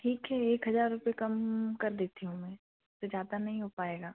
ठीक है एक हज़ार रुपये कम कर देती हूँ मैं इससे ज़्यादा नहीं हो पाएगा